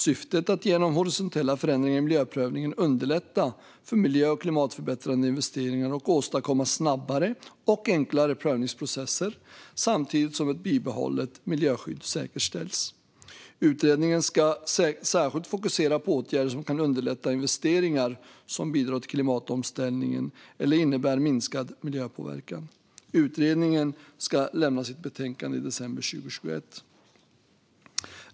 Syftet är att genom horisontella förändringar i miljöprövningen underlätta för miljö och klimatförbättrande investeringar och åstadkomma snabbare och enklare prövningsprocesser samtidigt som ett bibehållet miljöskydd säkerställs. Utredningen ska särskilt fokusera på åtgärder som kan underlätta investeringar som bidrar till klimatomställningen eller innebär minskad miljöpåverkan. Utredningen ska lämna sitt betänkande i december 2021.